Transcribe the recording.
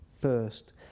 first